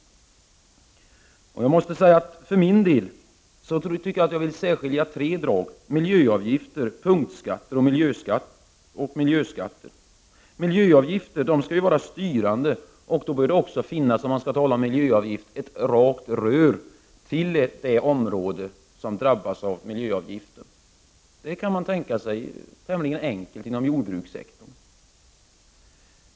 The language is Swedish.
Jag vill för min del särskilja tre drag, nämligen miljöavgifter, punktskatter och miljöskatter. Miljöavgifter skall ju vara styrande, och då bör det så att säga finnas ett rakt rör till det område som drabbas av miljöavgifter. Det kan man tänka sig är möjligt inom jordbrukssektorn.